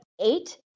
eight